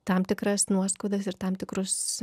tam tikras nuoskaudas ir tam tikrus